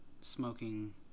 smoking